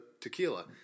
tequila